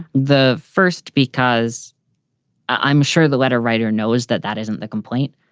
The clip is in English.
the first, because i'm sure the letter writer knows that that isn't the complaint.